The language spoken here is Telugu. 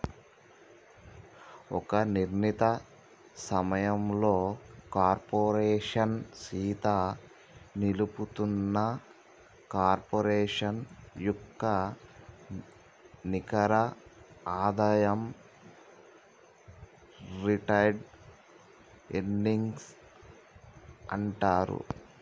ఒక నిర్ణీత సమయంలో కార్పోరేషన్ సీత నిలుపుతున్న కార్పొరేషన్ యొక్క నికర ఆదాయం రిటైర్డ్ ఎర్నింగ్స్ అంటారు